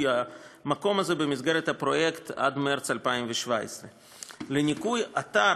המקום הזה במסגרת הפרויקט עד מרס 2017. לניקוי האתר